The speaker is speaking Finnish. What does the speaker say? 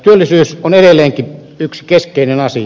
työllisyys on edelleenkin yksi keskeinen asia